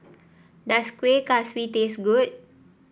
does Kueh Kaswi taste good